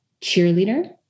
cheerleader